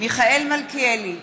מיכאל מלכיאלי,